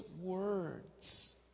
words